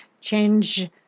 change